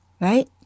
Right